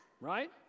Right